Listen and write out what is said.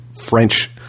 French